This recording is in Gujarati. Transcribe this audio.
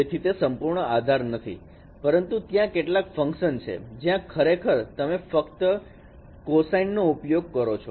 તેથી તે સંપૂર્ણ આધાર નથી પરંતુ ત્યાં કેટલાક ફંક્શન છે જ્યાં ખરેખર તમે ફક્ત cosine નો ઉપયોગ કરો છો